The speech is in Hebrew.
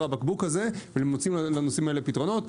הבקבוק הזה ומוציאים לנושאים האלה פתרונות.